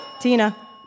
Tina